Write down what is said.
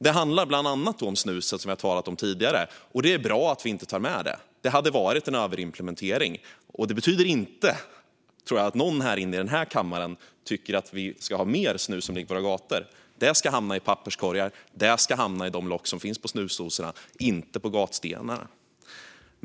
Det handlar bland annat om snuset, som vi har talat om tidigare. Det är bra att vi inte tar med det - det hade varit en överimplementering. Det betyder inte, tror jag, att någon i den här kammaren tycker att vi ska ha mer snus som ligger på våra gator. Det ska hamna i papperskorgar och i de lock som finns på snusdosorna, inte på gatstenarna.